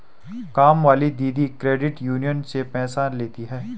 कामवाली दीदी credit union से पैसे लेती हैं